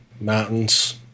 Mountains